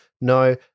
No